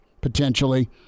potentially